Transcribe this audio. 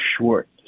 short